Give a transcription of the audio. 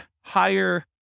higher